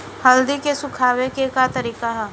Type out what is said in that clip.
हल्दी के सुखावे के का तरीका ह?